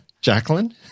Jacqueline